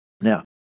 Now